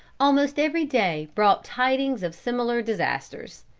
almost every day brought tidings of similar disasters.